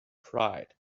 pride